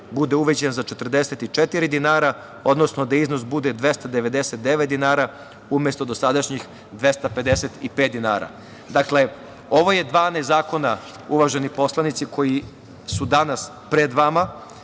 bude uvećan za 44 dinara, odnosno da iznos bude 299 dinara, umesto dosadašnjih 255 dinara. Ovo je 12 zakona, uvaženi poslanici, koji su danas pred vama.